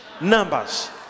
numbers